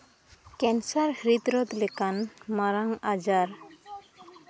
cancer ᱦᱨᱤᱫ ᱨᱳᱜᱽ ᱞᱮᱠᱟᱱ ᱢᱟᱨᱟᱝ ᱟᱡᱟᱨ